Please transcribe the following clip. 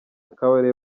kabarebe